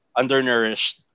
undernourished